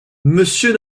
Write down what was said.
monsieur